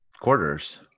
quarters